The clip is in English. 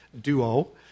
duo